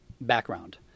background